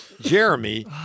Jeremy